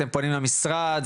אתם פונים למשרד החינוך?